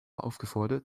aufgefordert